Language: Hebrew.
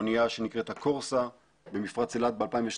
אונייה שנקראת קורסה במפרץ אילת ב-2012.